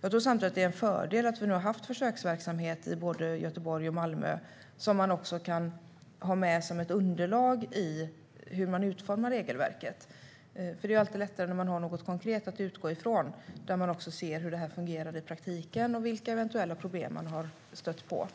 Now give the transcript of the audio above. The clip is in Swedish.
Jag tror samtidigt att det är en fördel att vi nu har haft försöksverksamhet i både Göteborg och Malmö. Det kan man ha med som ett underlag i hur man utformar regelverket. Det är alltid lättare att man har något konkret att utgå ifrån där man ser hur det fungerar i praktiken och vilka eventuella problem man har stött på.